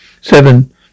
Seven